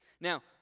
Now